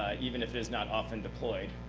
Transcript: ah even if it's not often deployed.